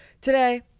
Today